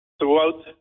throughout